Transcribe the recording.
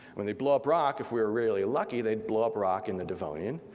when they blow up rock, if we were really lucky, they'd blow up rock in the devonian.